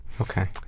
Okay